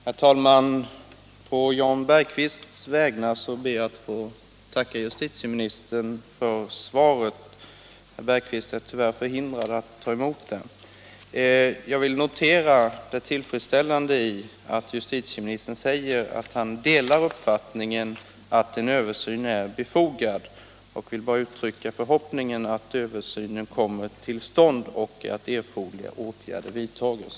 Herr talman! På Jan Bergqvists vägnar ber jag att få tacka justitieministern för svaret. Herr Bergqvist är tyvärr förhindrad att ta emot det. Det är tillfredsställande att justitieministern delar uppfattningen att en översyn är befogad. Jag vill bara uttrycka förhoppningen att översynen kommer till stånd och att erforderliga åtgärder vidtas.